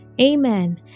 amen